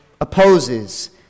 opposes